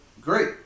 great